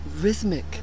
rhythmic